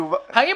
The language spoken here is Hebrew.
האם